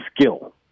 skill